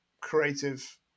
creative